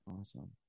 awesome